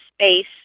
space